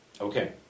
Okay